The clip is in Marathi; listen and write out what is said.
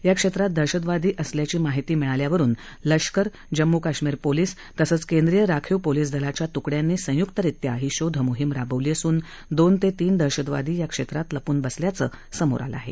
या क्षेत्रात दहशतवादी असल्याची माहिती मिळाल्यावरुन लष्कर जम्मू कश्मीर पोलीस तसंच केंद्रीय राखीव पोलीस दलाच्या तुकड्यांनी संयुक्तरित्या ही शोधमोहीम राबवली असून दोन ते तीन दहशतवादी या क्षेत्रात लपून बसल्याचं समोर आलं आहे